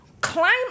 Climb